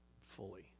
fully